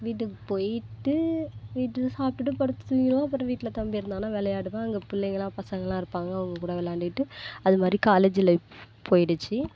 வீட்டுக்கு போயிவிட்டு வீட்டில் சாப்பிட்டுட்டு படுத்து தூங்கிவிடுவேன் அப்புறோம் வீட்டில் தம்பி இருந்தானா விளையாடுவேன் அங்கே பிள்ளைகளாம் பசங்களாம் இருப்பாங்க அவங்க கூட விளையாண்குட்டு அதுமாதிரி காலேஜ் லைஃப் போயிடுச்சு